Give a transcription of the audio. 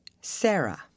Sarah